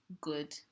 good